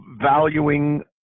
valuing